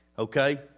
Okay